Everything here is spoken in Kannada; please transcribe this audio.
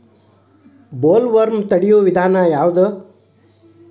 ಬೊಲ್ವರ್ಮ್ ತಡಿಯು ವಿಧಾನ ಯಾವ್ದು?